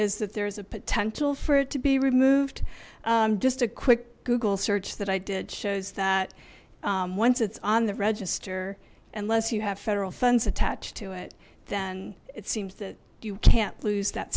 is that there is a potential for it to be removed just a quick google search that i did shows that once it's on the register and less you have federal funds attached to it then it seems that you can't lose that